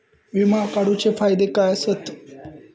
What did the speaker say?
विमा काढूचे फायदे काय आसत?